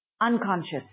unconscious